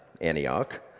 Antioch